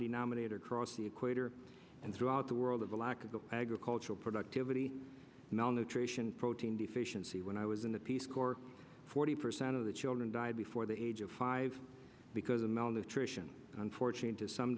denominator across the equator and throughout the world of a lack of agricultural productivity malnutrition protein deficiency when i was in the peace corps forty percent of the children died before the age of five because the malnutrition unfortunate to some